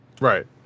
right